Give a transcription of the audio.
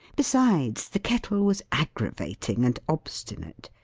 besides, the kettle was aggravating and obstinate.